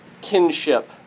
kinship